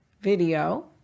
video